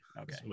Okay